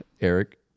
Eric